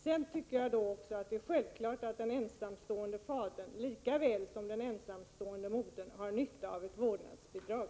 Jag tycker att det är självklart att den ensamstående fadern lika väl som den ensamstående modern har nytta av ett vårdnadsbidrag.